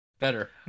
better